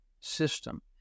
system